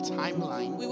timeline